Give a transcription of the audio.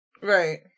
Right